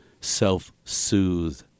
self-soothe